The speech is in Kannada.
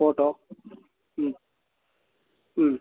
ಫೊಟೋ ಹ್ಞೂ ಹ್ಞೂ